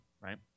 Right